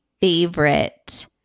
favorite